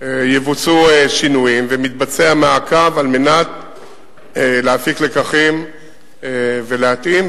יבוצעו שינויים ומתבצע מעקב על מנת להפיק לקחים ולהתאים.